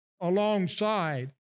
alongside